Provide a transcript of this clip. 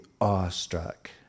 awestruck